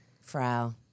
Frau